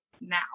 now